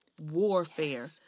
warfare